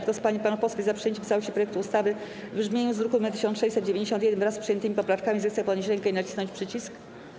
Kto z pań i panów posłów jest za przyjęciem w całości projektu ustawy w brzmieniu z druku nr 1691, wraz z przyjętymi poprawkami, zechce podnieść rękę i nacisnąć przycisk.